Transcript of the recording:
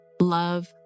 Love